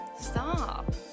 stop